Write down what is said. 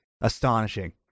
astonishing